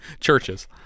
Churches